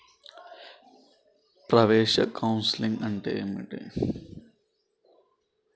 ప్రవేశ కౌన్సెలింగ్ అంటే ఏమిటి?